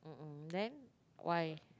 um then why